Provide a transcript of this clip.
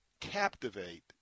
captivate